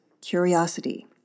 curiosity